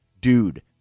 dude